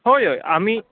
होय होय आमी